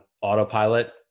autopilot